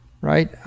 right